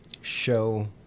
show